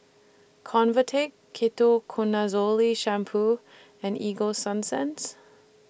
Convatec Ketoconazole Shampoo and Ego Sunsense